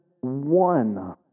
one